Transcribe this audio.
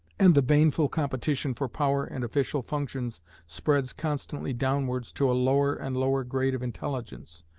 and the baneful competition for power and official functions spreads constantly downwards to a lower and lower grade of intelligence.